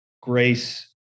grace